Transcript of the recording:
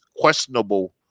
questionable